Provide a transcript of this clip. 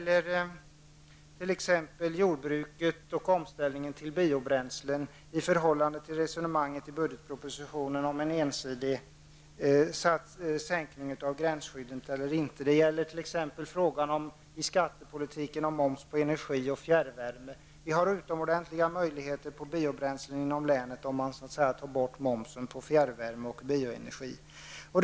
Det gäller vidare jordbruket och omställningen till biobränslen i förhållande till resonemanget i budgetpropositionen om en ensidig sänkning av gränsskyddet eller inte. Inom skattepolitiken gäller det t.ex. frågan om moms på energi och fjärrvärme. Inom länet finns utomordentliga möjligheter till framställning av biobränsle om momsen på fjärrvärme och bioenergi tas bort.